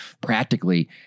Practically